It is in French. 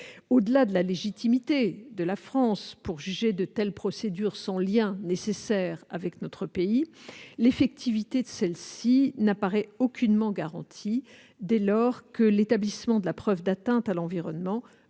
question de la légitimité de la France à engager des procédures dépourvues de lien nécessaire avec notre pays, l'effectivité de celles-ci n'apparaît aucunement garantie dès lors que l'établissement de la preuve d'atteintes à l'environnement